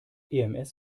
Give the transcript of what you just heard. ems